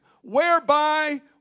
whereby